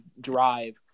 drive